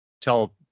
Tell